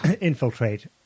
infiltrate